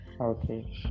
Okay